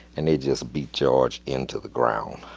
and they just beat george into the ground.